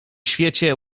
świecie